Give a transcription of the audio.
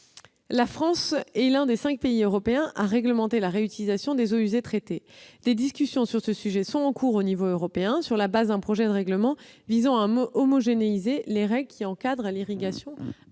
La France est l'un des cinq pays européens à réglementer la réutilisation des eaux usées traitées. Des discussions sur ce sujet sont en cours au niveau européen, sur la base d'un projet de règlement visant à homogénéiser les règles encadrant l'irrigation